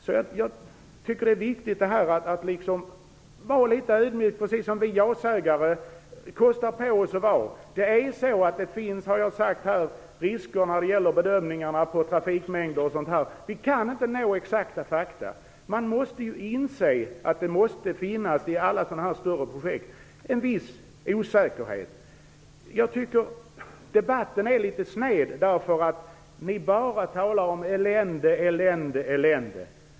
Jag tycker att det är viktigt att vara litet ödmjuk, precis som vi ja-sägare kostar på oss att vara. Det finns risker för fel vid bedömningarna av trafikmängd osv. Vi kan inte nå exakta fakta. Man måste inse att det i alla större projekt finns en viss osäkerhet. Debatten är litet sned. Ni talar bara om elände och åter elände.